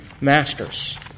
masters